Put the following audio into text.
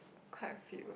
quite a few